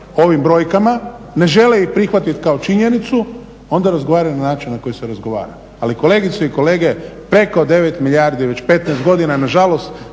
ovim brojkama, ne žele ih prihvatiti kao činjenicu onda razgovaraju na način na koji se razgovara. Ali kolegice i kolege, preko 9 milijardi već 15 godina nažalost